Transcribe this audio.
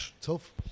tough